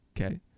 Okay